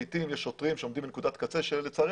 לעתים יש שוטרים שעומדים בנקודת קצה ולצערי